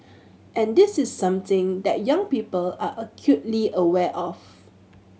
and this is something that young people are acutely aware of